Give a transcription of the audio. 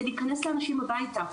זה להיכנס לאנשים הביתה,